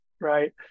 right